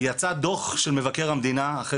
יצא דו״ח של מבקר המדינה לפני חודש ימים,